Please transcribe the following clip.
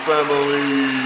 Family